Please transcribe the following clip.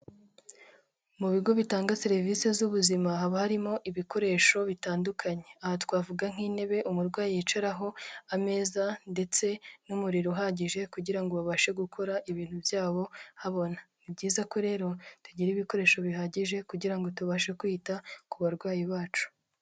Mu bigo bitanga serivise z'ubuzima, haba harimo ibikoresho bitandukanye. Aha twavuga nk'intebe umurwayi yicaraho, ameza ndetse n'umuriro uhagije kugira ngo babashe gukora ibintu byabo habona. Ni byiza ko rero, tugira ibikoresho bihagije kugira ngo tubashe kwita ku barwayi bacu.